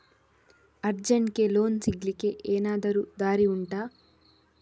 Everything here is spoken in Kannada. ಅರ್ಜೆಂಟ್ಗೆ ಲೋನ್ ಸಿಗ್ಲಿಕ್ಕೆ ಎನಾದರೂ ದಾರಿ ಉಂಟಾ